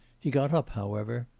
he got up however.